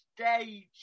stage